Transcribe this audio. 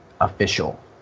official